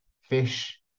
fish